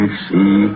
see